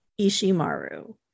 Ishimaru